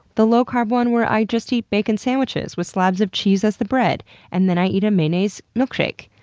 the low carb one where i just eat bacon sandwiches with slabs of cheese as the bread and then i eat a mayonnaise milkshake?